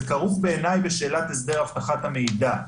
זה כרוך בשאלת הסדר אבטחת המידע,